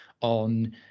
on